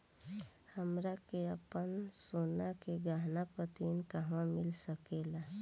हमरा के आपन सोना के गहना पर ऋण कहवा मिल सकेला?